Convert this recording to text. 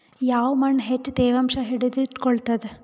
ಯಾವ್ ಮಣ್ ಹೆಚ್ಚು ತೇವಾಂಶ ಹಿಡಿದಿಟ್ಟುಕೊಳ್ಳುತ್ತದ?